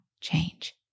change